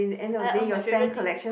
I oh my favorite thing